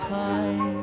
time